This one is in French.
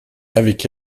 avec